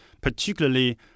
particularly